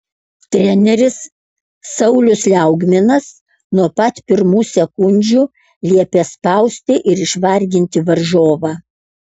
treneris saulius liaugminas nuo pat pirmų sekundžių liepė spausti ir išvarginti varžovą